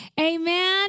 amen